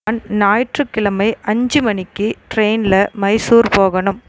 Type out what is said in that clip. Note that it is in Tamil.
நான் ஞாயிற்றுக்கிழமை அஞ்சு மணிக்கு ட்ரெயினில் மைசூர் போகணும்